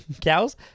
Cows